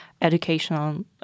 educational